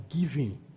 giving